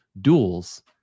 duels